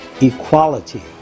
equality